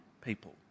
people